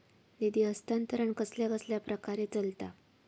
निधी हस्तांतरण कसल्या कसल्या प्रकारे चलता?